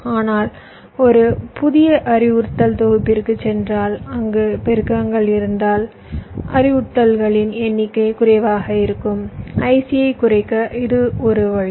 ஆனால் ஒரு புதிய அறிவுறுத்தல் தொகுப்பிற்குச் சென்றால் அங்கு பெருக்கங்கள் இருந்தால் அறிவுறுத்தல்களின் எண்ணிக்கை குறைவாக இருக்கும் IC யைக் குறைக்க இது ஒரு வழி